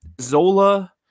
Zola